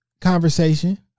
conversation